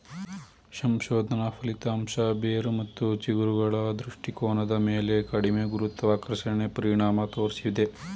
ಸಂಶೋಧನಾ ಫಲಿತಾಂಶ ಬೇರು ಮತ್ತು ಚಿಗುರುಗಳ ದೃಷ್ಟಿಕೋನದ ಮೇಲೆ ಕಡಿಮೆ ಗುರುತ್ವಾಕರ್ಷಣೆ ಪರಿಣಾಮ ತೋರ್ಸಿದೆ